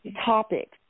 topics